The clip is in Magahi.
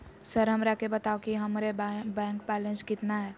सर हमरा के बताओ कि हमारे बैंक बैलेंस कितना है?